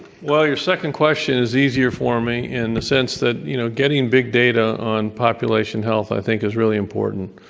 well, your second question is easier for me in the sense that, you know, getting big data on population health i think is really important.